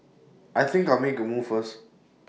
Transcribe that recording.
I think I'll make A move first